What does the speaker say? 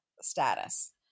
status